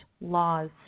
laws